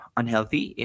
unhealthy